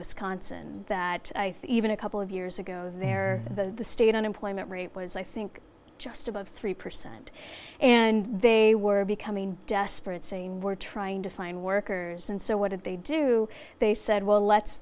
wisconsin that i think even a couple of years ago there the state unemployment rate was i think just about three percent and they were becoming desperate saying we're trying to find workers and so what did they do they said well let's